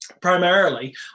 primarily